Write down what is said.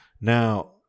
Now